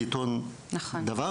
בעיתון "דבר",